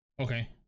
Okay